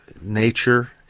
nature